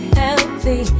healthy